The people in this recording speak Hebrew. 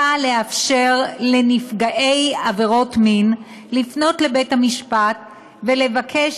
באה לאפשר לנפגעי עבירות מין לפנות לבית-המשפט ולבקש